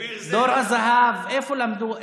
בביר זית, דור הזהב, איפה למדו?